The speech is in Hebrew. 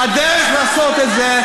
הדרך לעשות את זה,